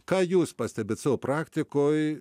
ką jūs pastebite savo praktikoj